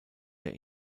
der